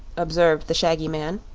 observed the shaggy man,